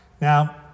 Now